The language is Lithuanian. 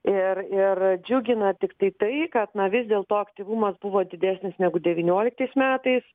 ir ir džiugina tiktai tai kad na vis dėlto aktyvumas buvo didesnis negu devynioliktais metais